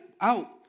out